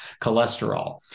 cholesterol